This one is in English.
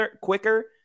quicker